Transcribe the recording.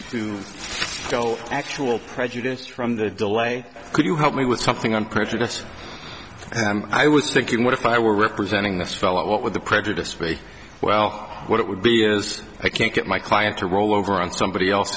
fill actual prejudice from the delay could you help me with something on christmas i was thinking what if i were representing this fellow what would the prejudice be well what it would be is i can't get my client to roll over on somebody else